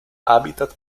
hábitat